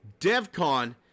Devcon